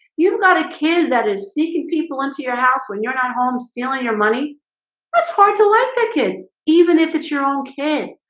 you've got a kid that is seeking people into your house when you're not home stealing your money it's hard to like thicken even if it's your own kid.